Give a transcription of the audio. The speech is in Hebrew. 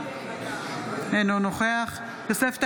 אינו נוכח יוסף טייב,